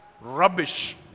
rubbish